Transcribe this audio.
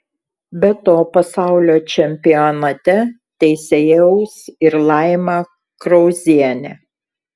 be to pasaulio čempionate teisėjaus ir laima krauzienė